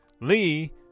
Lee